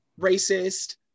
racist